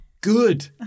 good